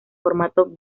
formato